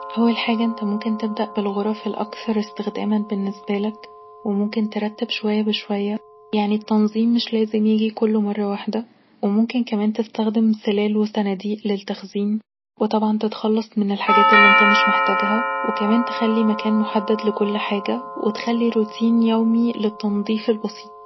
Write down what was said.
اول حاجه انت ممكن تبدأ بالغرف الاكثر استخداما بالنسبالك وممكن ترتب شويه بشويه، يعني التنظيم مش لازم يجي كله مره واحده وممكن كمان تستخدم سلال وصناديق للتخزين وطبعا تتخلص من الحاجات اللي انت مش محتاجها وكمان تخلي مكان محدد لكل حاجه وتخلي روتين يومي للتنضيف البسيط